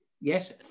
Yes